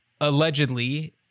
allegedly